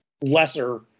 lesser